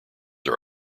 are